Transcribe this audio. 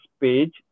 page